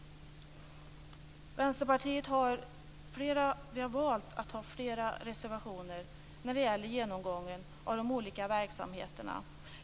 Vänsterpartiet har valt att ha flera reservationer när det gäller genomgången av de olika verksamheterna.